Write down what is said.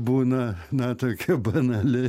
būna na tokia banali